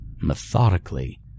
methodically